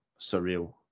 surreal